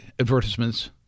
advertisements